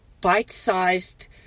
bite-sized